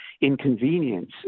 inconvenience